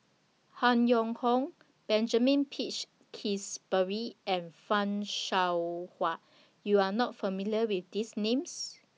Han Yong Hong Benjamin Peach Keasberry and fan Shao Hua YOU Are not familiar with These Names